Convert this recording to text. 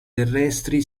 terrestri